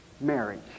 marriage